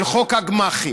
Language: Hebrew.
על חוק הגמ"חים.